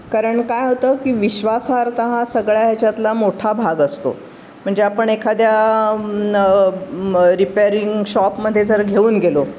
कारण काय होतं की विश्वासार्हता हा सगळ्या ह्याच्यातला मोठा भाग असतो म्हणजे आपण एखाद्या न म रिपेरिंग शॉपमध्ये जर घेऊन गेलो